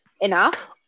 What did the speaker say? enough